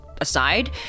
aside